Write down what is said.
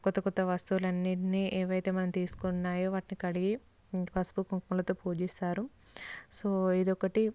కొత్త కొత్త వస్తువులు అన్నింటిని ఏవైతే మనం తీసుకున్నామో వాటిని కడిగి పసుపు కుంకుమలతో పూజిస్తారు సో ఇది ఒకటి